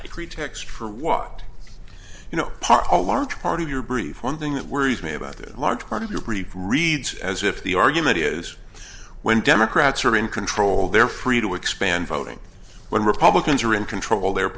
pretext for what you know pothole large part of your brief one thing that worries me about the large part of your brief reads as if the argument is when democrats are in control they're free to expand voting when republicans are in control the